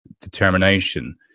determination